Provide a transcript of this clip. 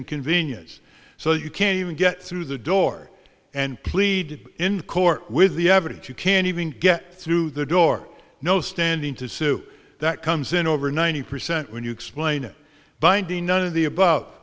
and convenience so you can't even get through the door and plead in court with the evidence you can't even get through the door no standing to sue that comes in over ninety percent when you explain it by ninety nine of the above